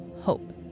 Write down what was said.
hope